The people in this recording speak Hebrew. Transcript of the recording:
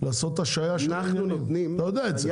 לעשות השהיה, אתה יודע את זה.